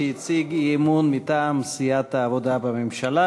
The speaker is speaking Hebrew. שהציג אי-אמון מטעם סיעת העבודה בממשלה.